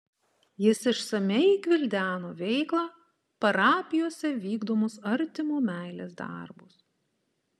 jis išsamiai gvildeno veiklą parapijose vykdomus artimo meilės darbus